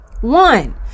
One